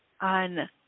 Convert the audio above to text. on